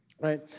right